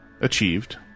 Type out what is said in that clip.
achieved